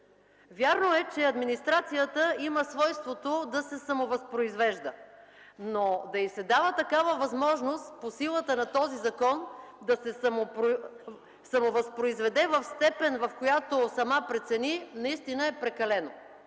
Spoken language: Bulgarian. Вярно е, че администрацията има свойството да се самовъзпроизвежда, но да й се дава такава възможност по силата на този закон да се самовъзпроизведе в степен, в която сама прецени, наистина е прекалено.